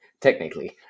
technically